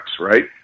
Right